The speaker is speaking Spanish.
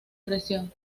presión